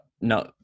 no